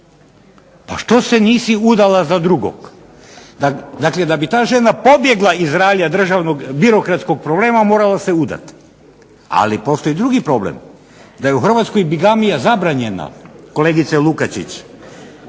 Pa što se nisi udala za drugog. Dakle, da bi ta žena pobjegla iz ralja birokratskog problema morala se udati. Ali postoji drugi problem, da je u Hrvatskoj bigamija zabranjena kolegice LUkačić,